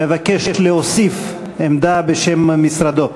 מבקש להוסיף עמדה בשם משרדו.